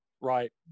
right